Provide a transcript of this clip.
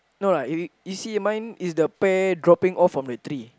no lah if you if you see mine is the pear dropping off from the tree